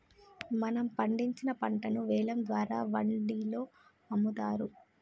మనం పండించిన పంటను వేలం ద్వారా వాండిలో అమ్ముతారు